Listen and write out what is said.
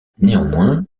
néanmoins